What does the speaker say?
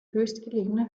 höchstgelegene